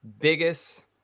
biggest